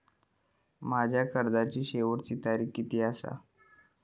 माझ्या कर्जाची शेवटची तारीख किती आसा?